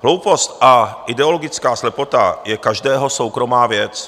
Hloupost a ideologická slepota je každého soukromá věc.